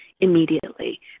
immediately